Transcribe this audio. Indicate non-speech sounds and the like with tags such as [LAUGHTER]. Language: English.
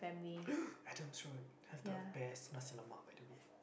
[NOISE] Adam's road have the best nasi lemak by the way